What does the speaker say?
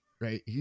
right